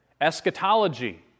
Eschatology